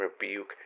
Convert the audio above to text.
rebuke